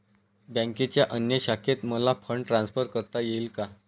बँकेच्या अन्य शाखेत मला फंड ट्रान्सफर करता येईल का?